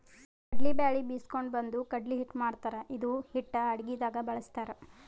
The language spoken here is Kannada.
ಕಡ್ಲಿ ಬ್ಯಾಳಿ ಬೀಸ್ಕೊಂಡು ಬಂದು ಕಡ್ಲಿ ಹಿಟ್ಟ್ ಮಾಡ್ತಾರ್ ಇದು ಹಿಟ್ಟ್ ಅಡಗಿದಾಗ್ ಬಳಸ್ತಾರ್